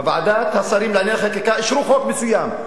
בוועדת השרים לענייני חקיקה אישרו חוק מסוים.